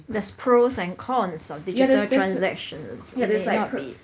there's pros and cons of digital transactions it may not be